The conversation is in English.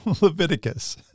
Leviticus